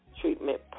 treatment